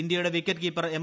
ഇന്ത്യയുടെ wicket keeper M